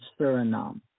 Suriname